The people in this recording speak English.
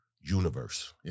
universe